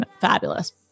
fabulous